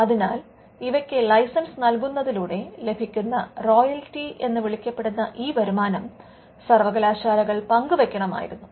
അതിനാൽ ഇവയ്ക്ക് ലൈസൻസ് നൽകുന്നതിലൂടെ ലഭിക്കുന്ന റോയൽറ്റി എന്ന് വിളിക്കപ്പെടുന്ന ഈ വരുമാനം സർവ്വകലാശാലകൾ പങ്കുവെക്കണമായിരുന്നു